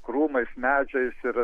krūmais medžiais ir